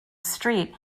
street